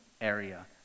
area